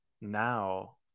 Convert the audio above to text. now